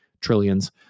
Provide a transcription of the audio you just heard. trillions